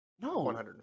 No